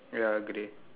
ya grey